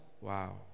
Wow